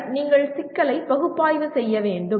பின்னர் நீங்கள் சிக்கலை பகுப்பாய்வு செய்ய வேண்டும்